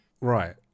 Right